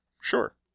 Sure